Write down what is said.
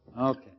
Okay